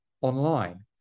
online